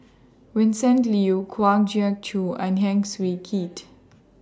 Vincent Leow Kwa Geok Choo and Heng Swee Keat